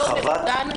זרם שלא מעוגן בחוק.